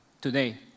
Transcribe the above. today